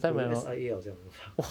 我有 S_I_A 好像我放